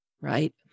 right